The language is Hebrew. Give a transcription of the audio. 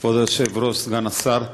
כבוד היושב-ראש, סגן השר,